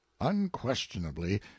Unquestionably